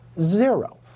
Zero